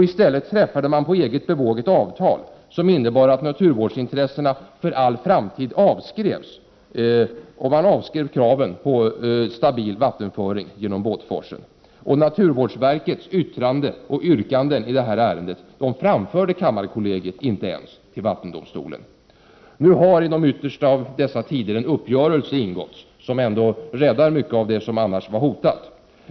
I stället träffade man på eget bevåg ett avtal, som innebar att naturvårdsintressena för all framtid avskrevs, liksom kraven på stabil vattenföring genom Båtforsen. Naturvårdsverkets yttrande och yrkanden i ärendet framförde kammarkollegiet inte ens till vattendomstolen. Nu har, i de yttersta av tider, en uppgörelse ingåtts, som räddar mycket av det som annars var hotat.